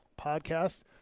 podcast